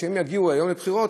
וכשהם יגיעו היום לבחירות,